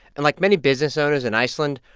and like many business owners in iceland,